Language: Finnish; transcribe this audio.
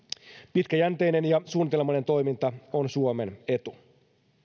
pitkäjänteinen ja suunnitelmallinen toiminta on suomen etu